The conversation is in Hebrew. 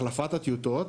החלפת הטיוטות,